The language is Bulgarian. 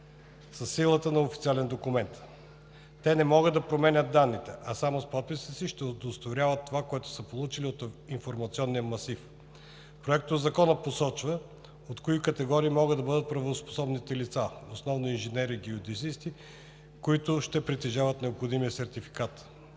силата на официален документ. Те не могат да променят данните, а само с подписа си ще удостоверяват това, което са получили от информационния масив. Проектозаконът посочва от кои категории могат да бъдат правоспособните лица – основно инженери-геодезисти, които ще притежават необходимия сертификат.